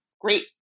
great